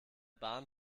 bahn